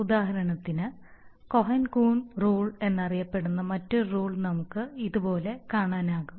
ഉദാഹരണത്തിന് Cohen Kuhn rule എന്നറിയപ്പെടുന്ന മറ്റൊരു റൂൾ നമുക്ക് ഇതുപോലെ കാണാനാകും